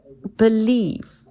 believe